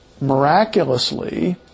miraculously